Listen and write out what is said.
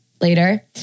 later